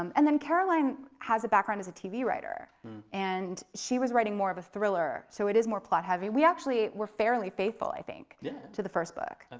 um and the caroline has a background as a tv writer and she was writing more of a thriller, so it is more plot heavy. we actually were fairly faithful i think yeah to the first book.